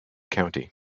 county